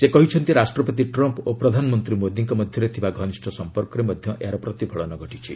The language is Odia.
ସେ କହିଛନ୍ତି ରାଷ୍ଟ୍ରପତି ଟ୍ରମ୍ପ୍ ଓ ପ୍ରଧାନମନ୍ତ୍ରୀ ମୋଦିଙ୍କ ମଧ୍ୟରେ ଥିବା ଘନିଷ୍ଠ ସମ୍ପର୍କରେ ମଧ୍ୟ ଏହାର ପ୍ରତିଫଳନ ଘଟିଛି